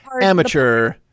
amateur